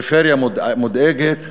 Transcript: הפריפריה מודאגת,